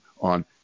on